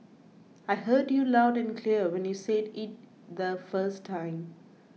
I heard you loud and clear when you said it the first time